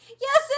Yes